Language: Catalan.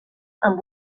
amb